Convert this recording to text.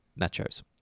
Nachos